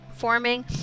forming